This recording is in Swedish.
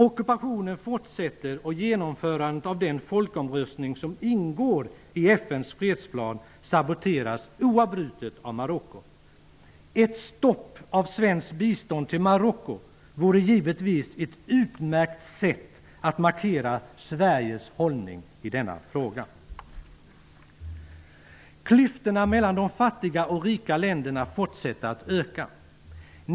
Ockupationen fortsätter, och genomförandet av den folkomröstning som ingår i FN:s fredsplan saboteras oavbrutet av Marocko. Ett stopp av svenskt bistånd till Marocko vore givetvis ett utmärkt sätt att markera Sveriges hållning i denna fråga. Klyftorna mellan de fattiga och rika länderna fortsätter att öka.